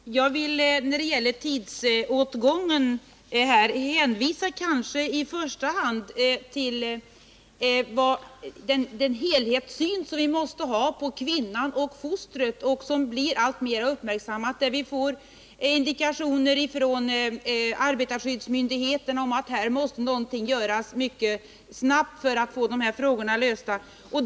Herr talman! Jag vill när det gäller tidsåtgången i första hand hänvisa till den helhetssyn på kvinnan och fostret som vi måste ha och som blir alltmer uppmärksammad och där vi får indikationer från arbetsmarknadsmyndigheterna på att något måste göras snabbt för att få dessa frågor lösta.